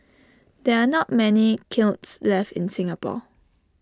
there are not many kilns left in Singapore